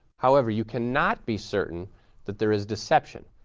however, you cannot be certain that there is deception,